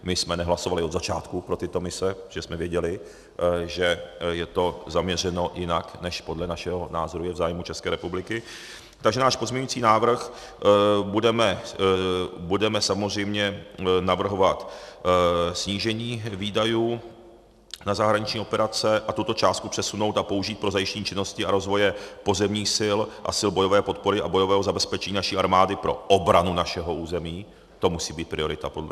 My jsme nehlasovali od začátku pro tyto mise, protože jsme věděli, že je to zaměřeno jinak než podle našeho názoru i v zájmu České republiky, takže náš pozměňovací návrh budeme samozřejmě navrhovat snížení výdajů na zahraniční operace a tuto částku přesunout a použít pro zajištění činností a rozvoje pozemních sil a sil bojové podpory a bojového zabezpečení naší armády pro obranu našeho území, to musí být priorita podle SPD.